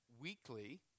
weekly